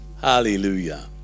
Hallelujah